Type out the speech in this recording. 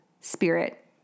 spirit